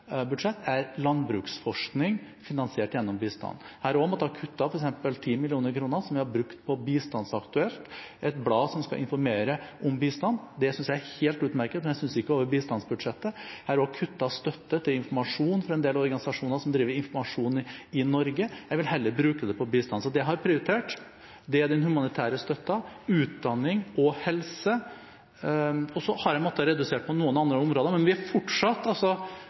budsjett, er landbruksforskning som er finansiert gjennom bistand. Jeg har også f.eks. måttet kutte 10 mill. kr som vi har brukt på Bistandsaktuelt, et blad som skal informere om bistand. Det synes jeg er helt utmerket, men jeg synes ikke det skal skje over bistandsbudsjettet. Jeg har også kuttet støtte til informasjon fra en del organisasjoner som driver med informasjon i Norge. Jeg vil heller bruke pengene på bistand. Så det jeg har prioritert, er den humanitære støtten, utdanning og helse. Jeg har måttet redusere på noen andre områder, men vi er fortsatt